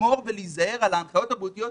להיזהר ולשמור על ההנחיות הבריאותיות,